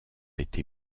été